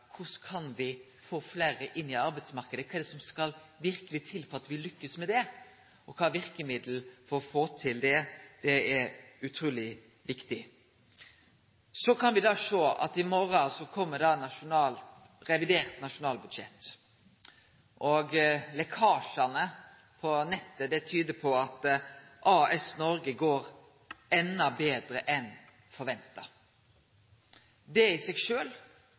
korleis me kan få fleire inn på arbeidsmarknaden, kva som skal til for at me lukkast med det, og kva som er verkemiddelet for å få til det, er utruleg viktig. I morgon kjem revidert nasjonalbudsjett, og lekkasjane på nettet tyder på at AS Noreg går enda betre enn forventa. Det er i seg